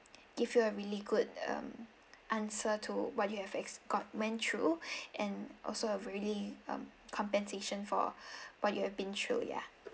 give you a really good um answer to what you have ex~ got went through and also a really um compensation for what you have been through yeah